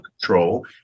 control